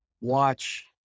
watch